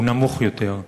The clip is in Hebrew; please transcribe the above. נמוך יותר.